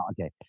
Okay